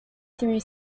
three